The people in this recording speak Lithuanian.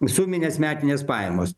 suminės metinės pajamos